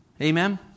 Amen